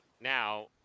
now